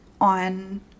on